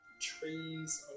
trees